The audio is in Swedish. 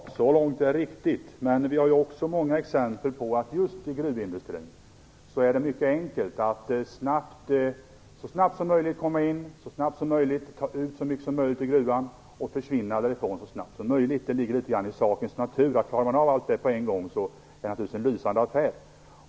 Herr talman! Så långt är det riktigt, men det finns också många exempel på att det just i gruvindustrin är mycket enkelt att så snabbt som möjligt komma in, så snabbt som möjligt ta ut så mycket som möjligt ur gruvan och så snabbt som möjligt försvinna därifrån. Det ligger i sakens natur. Om man klarar av allt det på en gång är det naturligtvis en lysande affär.